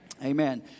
Amen